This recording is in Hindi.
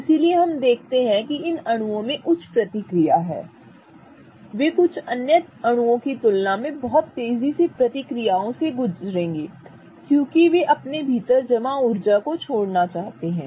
इसलिए हम देखते हैं कि इन अणुओं में उच्च प्रतिक्रिया है वे कुछ अन्य अणुओं की तुलना में बहुत तेज़ी से प्रतिक्रियाओं से गुज़रेंगे क्योंकि वे अपने भीतर जमा ऊर्जा को छोड़ना चाहते हैं